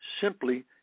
simply